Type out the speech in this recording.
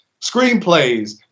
screenplays